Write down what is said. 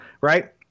right